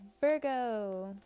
Virgo